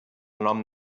nom